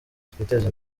twiteze